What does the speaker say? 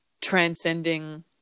transcending